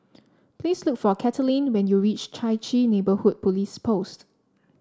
please look for Kathaleen when you reach Chai Chee Neighbourhood Police Post